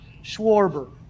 Schwarber